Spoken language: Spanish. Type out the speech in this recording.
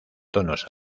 tonos